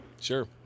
Sure